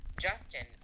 Justin